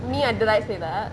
said that